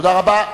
תודה רבה.